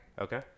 okay